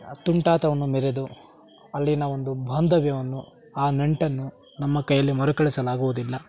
ತುಂಟಾಟವನ್ನು ಮೆರೆದು ಅಲ್ಲಿನ ಒಂದು ಬಾಂಧವ್ಯವನ್ನು ಆ ನಂಟನ್ನು ನಮ್ಮ ಕೈಯಲ್ಲಿ ಮರುಕಳಿಸಲಾಗುವುದಿಲ್ಲ